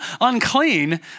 unclean